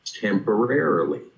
temporarily